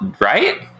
right